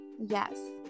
Yes